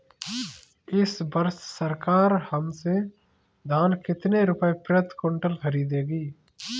इस वर्ष सरकार हमसे धान कितने रुपए प्रति क्विंटल खरीदेगी?